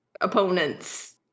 opponents